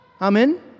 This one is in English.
Amen